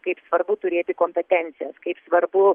kaip svarbu turėti kompetencijas kaip svarbu